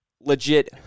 legit